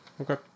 Okay